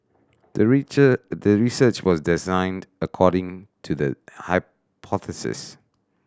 the the research was designed according to the hypothesis